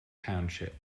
township